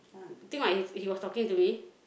think what he's he was talking to me